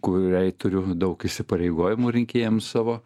kuriai turiu daug įsipareigojimų rinkėjams savo